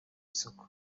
isoko